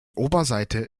oberseite